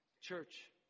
Church